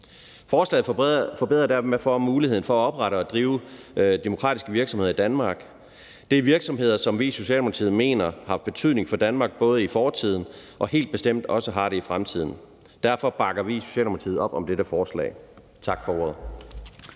Forslaget forbedrer derfor muligheden for at oprette og drive demokratiske virksomheder i Danmark. Det er virksomheder, som vi i Socialdemokratiet har betydning for Danmark, både i fortiden og helt bestemt også i fremtiden. Derfor bakker vi i Socialdemokratiet op om dette forslag. Tak for ordet.